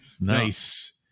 nice